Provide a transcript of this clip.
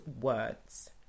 words